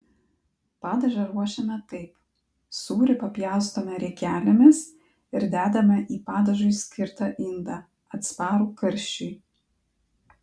padažą ruošiame taip sūrį papjaustome riekelėmis ir dedame į padažui skirtą indą atsparų karščiui